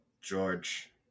George